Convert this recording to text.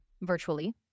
virtually